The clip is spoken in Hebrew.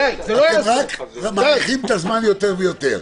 אתם רק מאריכים את הזמן יותר ויותר.